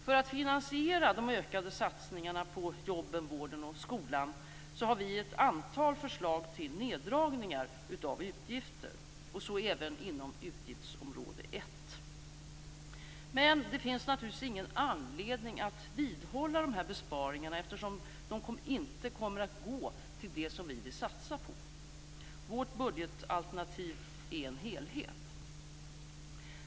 För att finansiera de ökade satsningarna på jobben, vården och skolan har vi ett antal förslag till neddragningar av utgifter, så även inom utgiftsområde 1, men det finns naturligtvis ingen anledning att vidhålla dessa besparingar, eftersom de inte kommer att gå till det som vi vill satsa på. Vårt budgetalternativ är en helhet.